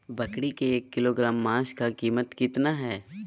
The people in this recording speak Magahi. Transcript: बकरी के एक किलोग्राम मांस का कीमत कितना है?